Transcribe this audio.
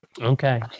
Okay